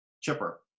Chipper